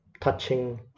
touching